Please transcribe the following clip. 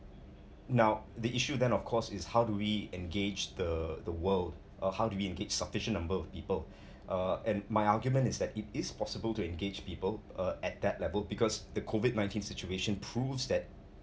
now the issue then of course is how do we engage the the world or how do we engage sufficient number of people uh and my argument is that it is possible to engage people uh at that level because the COVID nineteen situation proves that